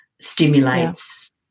stimulates